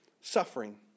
suffering